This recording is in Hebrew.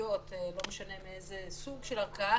משפטיות לא משנה איזה סוג של ערכאה